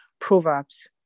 Proverbs